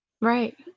Right